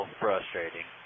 frustrating